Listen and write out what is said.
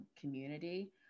community